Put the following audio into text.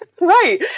right